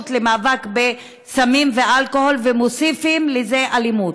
למאבק בסמים ואלכוהול ומוסיפים לזה אלימות.